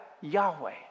Yahweh